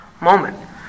moment